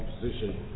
position